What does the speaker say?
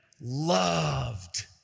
loved